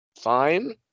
fine